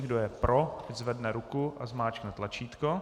Kdo je pro, ať zvedne ruku a zmáčkne tlačítko.